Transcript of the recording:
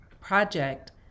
project